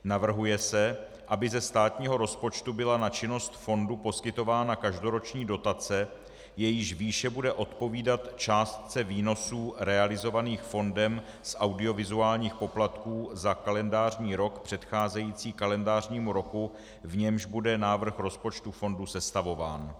Navrhuje se, aby ze státního rozpočtu byla na činnost fondu poskytována každoroční dotace, jejíž výše bude odpovídat částce výnosů realizovaných fondem z audiovizuálních poplatků za kalendářní rok předcházející kalendářnímu roku, v němž bude návrh rozpočtu fondu sestavován.